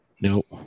Nope